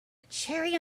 cherry